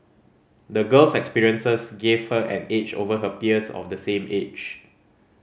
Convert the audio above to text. the girl's experiences gave her an edge over her peers of the same age